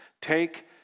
take